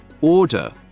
order